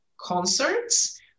concerts